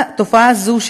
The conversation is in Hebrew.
תופעה זו,